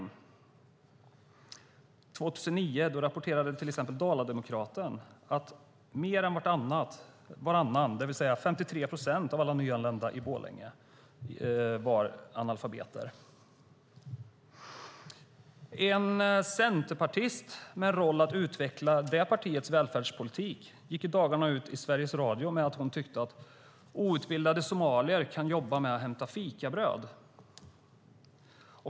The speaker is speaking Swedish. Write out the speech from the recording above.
År 2009 rapporterade Dala-Demokraten att mer än varannan, 53 procent, av alla nyanlända i Borlänge var analfabeter. En centerpartist med uppgift att utveckla partiets välfärdspolitik gick i dagarna ut i Sveriges Radio med att hon tyckte att outbildade somalier kunde jobba med att hämta fikabröd.